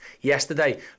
yesterday